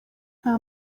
nta